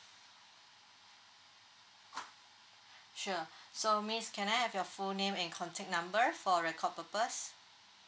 sure so miss can I have your full name and contact number for record purpose